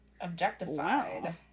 Objectified